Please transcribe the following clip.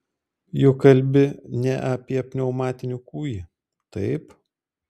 juk kalbi ne apie pneumatinį kūjį taip